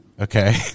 okay